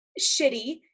shitty